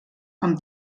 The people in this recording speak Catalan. amb